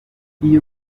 komite